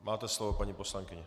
Máte slovo, paní poslankyně.